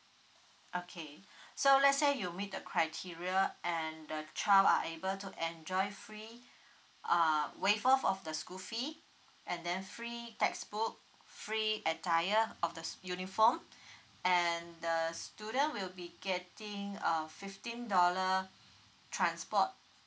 okay so let's say you meet the criteria and the child are able to enjoy free uh waive off of the school fee and then free textbook free attire of the uniform and the student will be getting a fifteen dollar transport